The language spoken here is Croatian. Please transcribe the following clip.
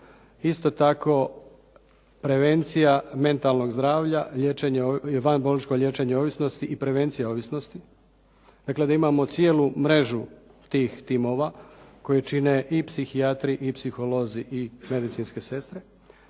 Isto tako, prevencija mentalnog zdravlja, van bolničko liječenje ovisnosti i prevencija ovisnosti. Dakle, da imamo cijelu mrežu tih timova koju čine i psihijatri i psiholozi i medicinske sestre,